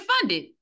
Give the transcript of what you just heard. funded